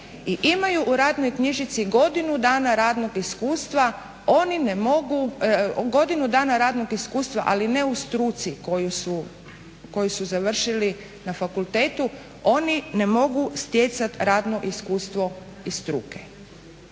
imaju u radnoj knjižici godinu dana radnog iskustva ali ne u struci koju su završili na fakultetu oni ne mogu stjecati radno iskustvo iz struke.